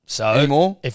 Anymore